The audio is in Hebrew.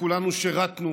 כולנו שירותנו,